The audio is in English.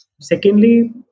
Secondly